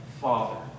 Father